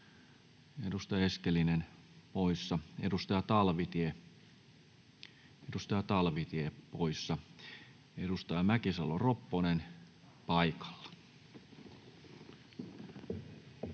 Edustaja Talvitie, edustaja Talvitie poissa. — Edustaja Mäkisalo-Ropponen paikalla.